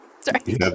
sorry